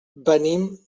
venim